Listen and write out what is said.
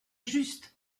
juste